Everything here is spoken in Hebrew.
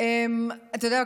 אתה יודע,